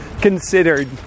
considered